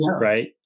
Right